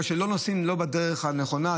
בגלל שלא נוסעים בדרך הנכונה,